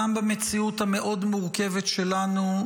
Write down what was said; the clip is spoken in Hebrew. גם במציאות המאוד מורכבת שלנו,